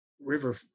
River